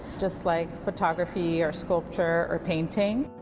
just like photography, or sculpture, or painting.